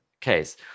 case